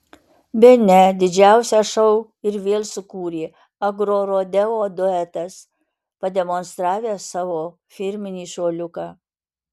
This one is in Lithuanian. bene didžiausią šou ir vėl sukūrė agrorodeo duetas pademonstravęs savo firminį šuoliuką